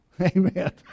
Amen